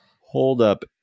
holdup